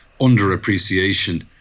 underappreciation